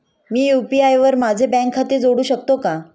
मी UPI वर माझे bank खाते जोडू शकतो का?